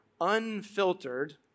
unfiltered